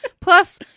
Plus